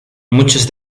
muchos